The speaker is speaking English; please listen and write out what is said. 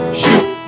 shoot